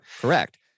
correct